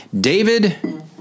David